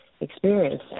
experience